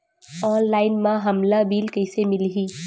Online म हमला bill कइसे मिलही?